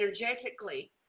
energetically